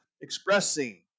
expressing